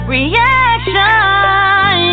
Reaction